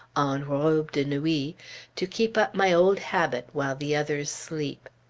robe de nuit, to keep up my old habit while the others sleep.